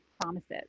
promises